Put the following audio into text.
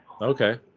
Okay